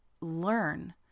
learn